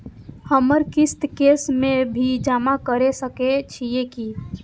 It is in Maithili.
हमर किस्त कैश में भी जमा कैर सकै छीयै की?